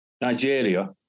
Nigeria